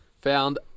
found